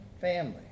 family